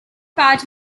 part